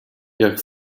jak